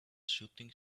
shooting